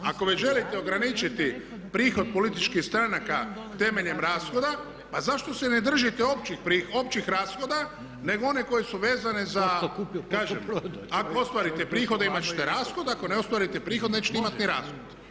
Ako već želite ograničiti prihod političkih stranaka temeljem rashoda ma zašto se ne držite općih rashoda nego one koje su vezane, kažem ako ostvarite prihode imat ćete rashode, ako ne ostvarite prihod nećete imati ni rashod.